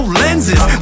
lenses